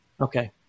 Okay